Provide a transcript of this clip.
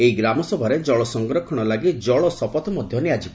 ଏହି ଗ୍ରାମସଭାରେ ଜଳସଂରକ୍ଷଣ ଲାଗି ଜଳଶପଥ ମଧ୍ୟ ନିଆଯିବ